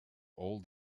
all